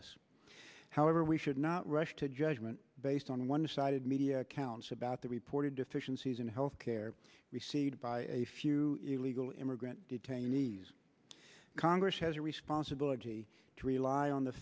us however we should not rush to judgment based on one sided media accounts about the reported deficiencies in health care received by a few legal immigrant detainees congress has a responsibility to rely on the